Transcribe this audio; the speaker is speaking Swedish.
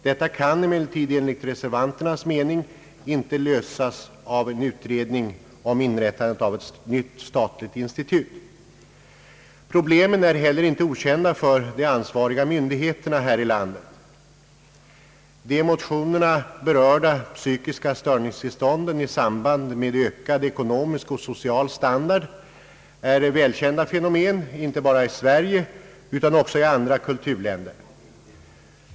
Detta kan emellertid enligt reservanternas mening inte lösas av en utredning om inrättandet av ett nytt statligt institut. Problemen är heller inte okända för de ansvariga myndigheterna här i landet. De i motionerna berörda psykiska störningstillstånden i samband med höjd ekonomisk och social standard är välkända fenomen inte bara i Sverige utan också i andra kulturländer.